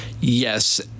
Yes